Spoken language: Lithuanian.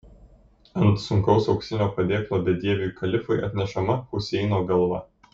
ant sunkaus auksinio padėklo bedieviui kalifui atnešama huseino galva